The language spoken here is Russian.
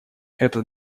этот